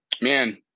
Man